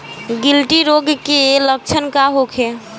गिल्टी रोग के लक्षण का होखे?